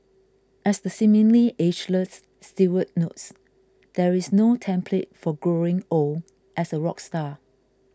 as the seemingly ageless Stewart notes there is no template for growing old as a rock star